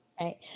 Right